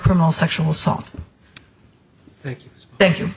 criminal sexual assault thank you